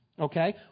okay